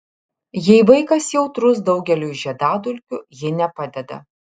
jei vaikas jautrus daugeliui žiedadulkių ji nepadeda